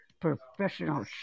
professional